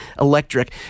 electric